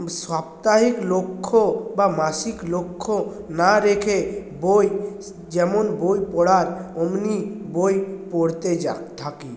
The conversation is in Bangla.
সপ্তাহিক লক্ষ্য বা মাসিক লক্ষ্য না রেখে বই যেমন বই পড়ার অমনি বই পড়তে যা থাকি